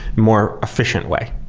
more efficient way.